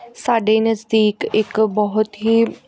ਸਾਡੇ ਨਜ਼ਦੀਕ ਇੱਕ ਬਹੁਤ ਹੀ